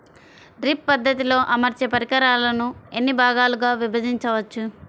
Drip పద్ధతిలో అమర్చే పరికరాలను ఎన్ని భాగాలుగా విభజించవచ్చు?